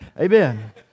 Amen